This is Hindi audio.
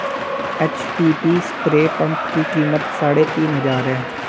एचटीपी स्प्रे पंप की कीमत साढ़े तीन हजार है